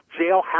jailhouse